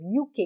UK